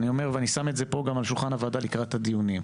ואני שם את זה פה על שולחן הוועדה לקראת הדיונים,